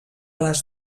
les